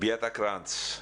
ביאטה קרנץ.